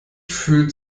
fühlt